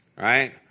right